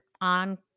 on